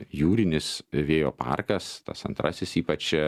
jūrinis vėjo parkas tas antrasis ypač